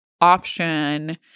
option